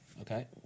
Okay